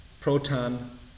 Proton